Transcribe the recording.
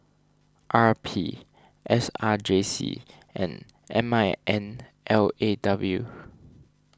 R P S R J C and M I N L A W